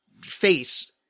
face